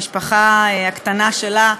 המשפחה הקטנה שלה,